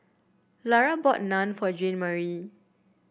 Laura bought Naan for Jeanmarie